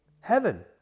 heaven